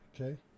okay